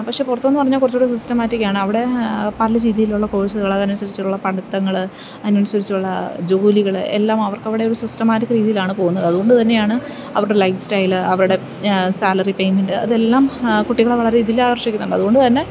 പക്ഷേ പുറത്തെന്നു പറഞ്ഞാല് കുറച്ചുകൂടെ സിസ്റ്റമാറ്റിക്കാണ് അവിടെ പല രീതിയിലുള്ള കോഴ്സുകള് അതിനനുസരിച്ചുള്ള പഠിത്തങ്ങള് അതിനനുസരിച്ചുള്ള ജോലികള് എല്ലാം അവർക്കവിടെ ഒരു സിസ്റ്റമാറ്റിക് രീതിയിലാണ് പോവുന്നത് അതുകൊണ്ടു തന്നെയാണ് അവരുടെ ലൈഫ് സ്റ്റൈല് അവരുടെ സാലറി പെയ്മെൻറ്റ് അതെല്ലാം കുട്ടികളെ വളരെയധികം ആകർഷിക്കുന്നുണ്ട് അതുകൊണ്ടുതന്നെ